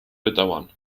bedauern